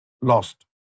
lost